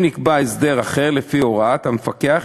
אם נקבע הסדר אחר לפי הוראת המפקח,